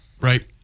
right